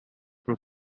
proof